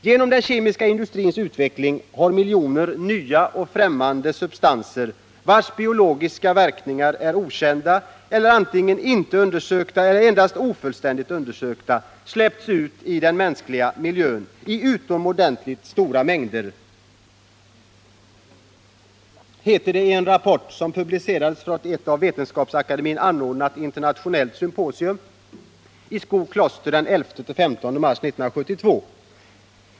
Genom den kemiska industrins utveckling har ”miljoner nya och främ mande substanser, vilkas biologiska verkningar är okända eller antingen inte undersökta eller endast ofullständigt undersökta” släppts ut i den mänskliga miljön ”i utomordentligt stora mängder”, heter det i en rapport som publicerades från ett av Vetenskapsakademien anordnat internationellt symposium i Skokloster den 11-15 mars 1972.